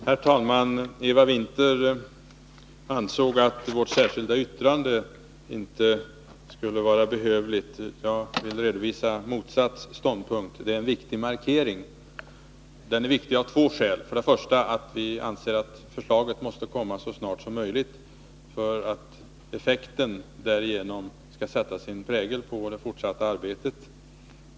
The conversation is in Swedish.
Herr talman! Eva Winther sade att vårt särskilda yttrande inte är behövligt. Jag vill redovisa en motsatt ståndpunkt. Det är en viktig markering. Den är viktig av två skäl. För det första anser vi att förslaget måste komma så snart som möjligt för att det skall sätta sin prägel på det fortsatta arbetet.